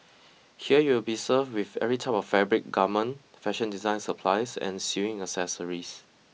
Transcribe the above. here you will be served with every type of fabric garment fashion design supplies and sewing accessories